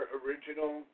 original